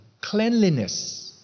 cleanliness